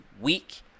week